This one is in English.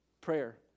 prayer